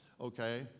Okay